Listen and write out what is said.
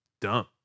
dumb